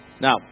Now